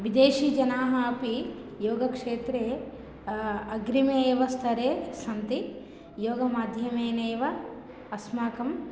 विदेशीजनाःअपि योगक्षेत्रे अग्रिमेव स्तरे सन्ति योगमाध्यमेनैव अस्माकम्